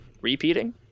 repeating